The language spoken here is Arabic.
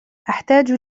أحتاج